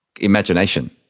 imagination